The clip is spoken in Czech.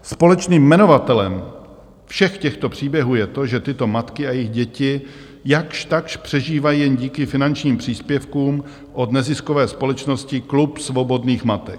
Společným jmenovatelem všech těchto příběhů je to, že tyto matky a jejich děti jakž takž přežívají jen díky finančním příspěvkům od neziskové společnosti Klub svobodných matek.